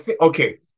okay